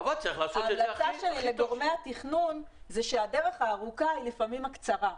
ההמלצה שלי לגורמי התכנון היא שהדרך הארוכה היא לפעמים הקצרה.